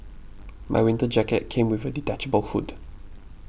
my winter jacket came with a detachable hood